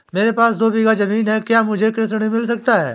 मेरे पास दो बीघा ज़मीन है क्या मुझे कृषि ऋण मिल सकता है?